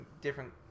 different